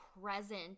present